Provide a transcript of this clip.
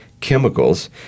chemicals